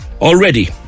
already